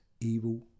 evil